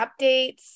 updates